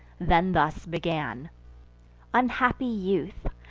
then thus began unhappy youth!